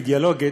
אידיאולוגית,